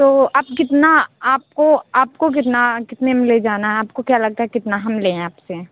तो आप कितना आपको कितना कितने में ले जाना है आपको क्या लगता है कितना हम लें आपसे